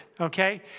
okay